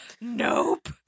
Nope